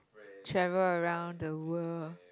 travel around the world